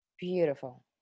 Beautiful